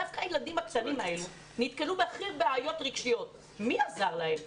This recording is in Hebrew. דווקא הילדים הקטנים האלה נתקלו בבעיות רגשיות ומי עזר להם?